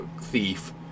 thief